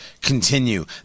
continue